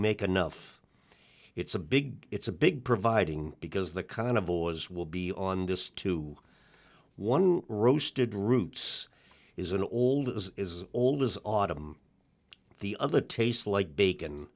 make enough it's a big it's a big providing because the kind of boys will be on this too one roasted roots is an old as old as autumn the other tastes like bacon